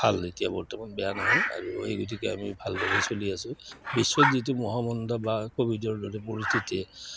ভাল এতিয়া বৰ্তমান বেয়া নহয় আৰু এই গতিকে আমি ভালদৰেই চলি আছোঁ বিশ্বত যিটো মহামন্দা বা ক'ভিডৰ দৰে পৰিস্থিতি